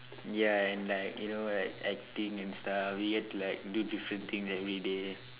ya and like you know like acting and stuff you get to like do different things everyday